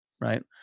right